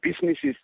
businesses